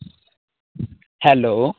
hello